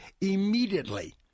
immediately